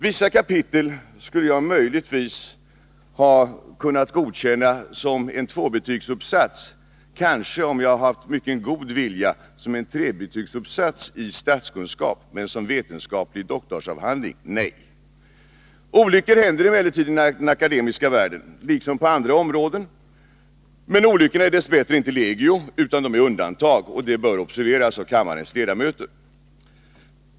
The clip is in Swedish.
Vissa kapitel skulle jag möjligtvis ha kunnat godkänna som en tvåbetygsuppsats eller kanske, om jag hade haft mycket god vilja, som en trebetygsuppsats i statskunskap, men som vetenskaplig doktorsavhandling — nej! Olyckor händer emellertid i den akademiska världen liksom på andra områden, men de är dess bättre inte legio utan undantag, och det bör observeras av kammarens ledamöter.